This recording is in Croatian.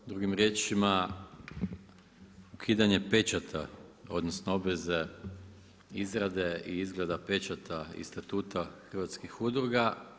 Drugim riječima, ukidanje pečata odnosno obveze izrade i izgleda pečata i statuta hrvatskih udruga.